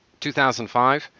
2005